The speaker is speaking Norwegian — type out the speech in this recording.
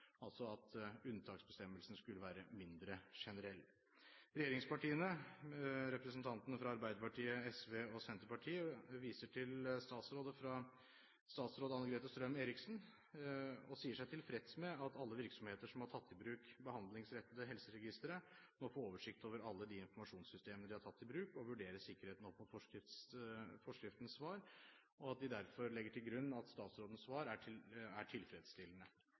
altså være mindre generell. Regjeringspartiene – Arbeiderpartiet, SV og Senterpartiet – viser til svaret fra statsråd Anne-Grete Strøm-Erichsen og sier seg tilfreds med at alle virksomheter som har tatt i bruk behandlingsrettede helseregistre, må få oversikt over alle de informasjonssystemene de har tatt i bruk, og vurdere sikkerheten opp mot forskriftens svar. Derfor legger de til grunn at statsrådens svar er tilfredsstillende. Det er